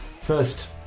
First